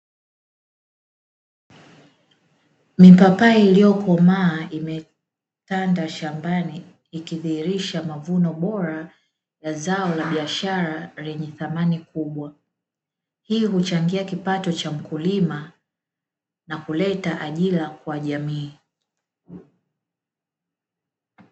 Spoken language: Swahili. Mipapai iliyokomaa imetanda shambani, ikidhihirisha mavuno bora ya zao la biashara lenye thamani kubwa. Hii huchangia kipato cha mkulima na kuleta ajira kwa jamii.